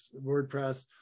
WordPress